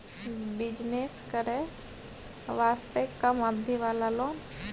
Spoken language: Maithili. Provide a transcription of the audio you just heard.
बिजनेस करे वास्ते कम अवधि वाला लोन?